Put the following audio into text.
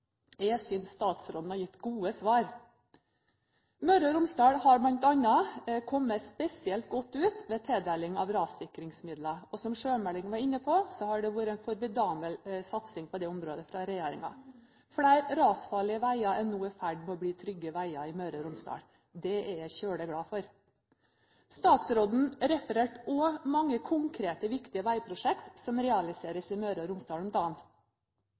Jeg synes statsråden har gitt gode svar. Møre og Romsdal har bl.a. kommet spesielt godt ut ved tildeling av rassikringsmidler. Som Sjømæling var inne på, har det vært en formidabel satsing på det området fra regjeringen. Flere rasfarlige veier er nå i ferd med å bli trygge veier i Møre og Romsdal. Det er jeg veldig glad for. Statsråden refererte også til mange konkrete, viktige veiprosjekter som nå realiseres i Møre og Romsdal.